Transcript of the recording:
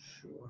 Sure